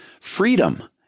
freedom